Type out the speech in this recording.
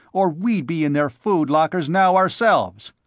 or we'd be in their food lockers now ourselves.